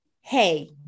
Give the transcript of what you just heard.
hey